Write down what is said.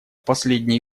последние